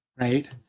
Right